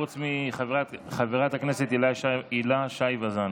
חוץ מחברת הכנסת הילה שי וזאן.